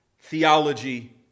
theology